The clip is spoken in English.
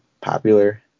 popular